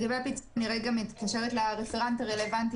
לגבי הפיצוי אני מתקשרת לרפרנט הרלוונטי.